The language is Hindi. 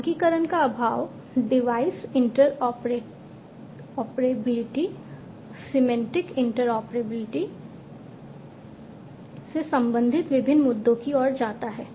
मानकीकरण का अभाव डिवाइस इंटरऑपरेबिलिटी सिमेंटिक इंटरऑपरेबिलिटी से संबंधित विभिन्न मुद्दों की ओर जाता है